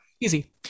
easy